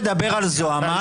לא, אני באמת שואל.